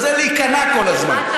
וזה להיכנע כל הזמן.